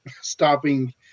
stopping